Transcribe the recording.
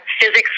Physics